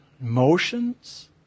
emotions